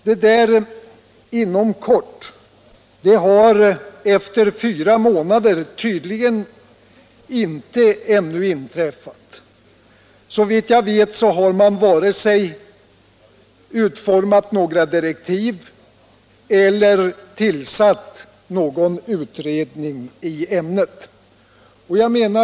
Det där tillsättandet ”inom kort” har tydligen efter fyra månader ännu inte inträffat. Såvitt jag vet har varken direktiv utformats eller någon utredning tillsatts ännu.